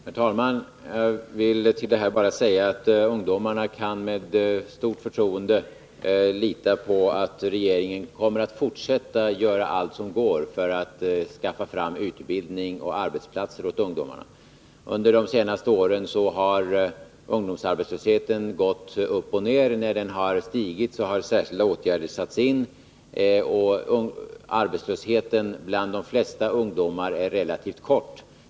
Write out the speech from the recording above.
Herr talman! Jag vill till detta bara säga att ungdomarna med stort förtroende kan lita på att regeringen kommer att fortsätta att göra allt som går för att skaffa utbildning och arbetsplatser åt dem. Under de senaste åren har ungdomsarbetslösheten gått upp och ner. När den har stigit har särskilda åtgärder satts in. Arbetslösheten bland de flesta ungdomar är relativt kort.